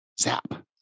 zap